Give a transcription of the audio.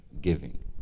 giving